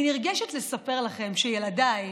אני נרגשת לספר לכם שילדיי